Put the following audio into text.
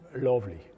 lovely